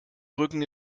brücken